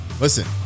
listen